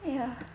ya